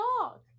dog